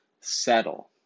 settle